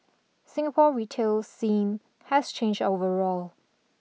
Singapore retail scene has changed overall